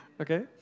okay